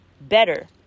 better